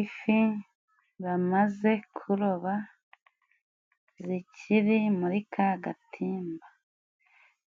Ifi bamaze kuroba zikiri muri ka gatimba,